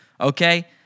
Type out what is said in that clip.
okay